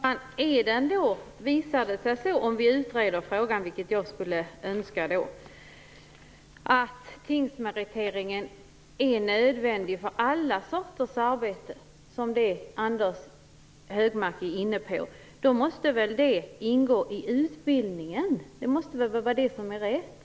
Herr talman! Visar det sig då vid en utredning av frågan - vilket jag önskar - att tingsmeriteringen är nödvändig för allt slags arbete, måste väl den ingå i utbildningen? Den måste då bli en rättighet.